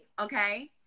Okay